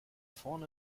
vorne